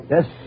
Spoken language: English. Yes